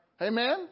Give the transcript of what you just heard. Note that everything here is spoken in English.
Amen